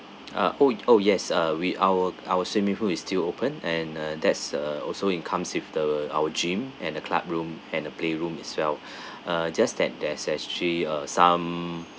ah oh oh yes uh we our our swimming pool is still open and uh that's uh also it comes with the our gym and the club room and a playroom as well uh just that there's actually uh some